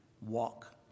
walk